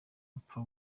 apfa